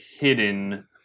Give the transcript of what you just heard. hidden